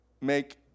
make